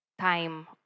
Time